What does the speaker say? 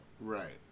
Right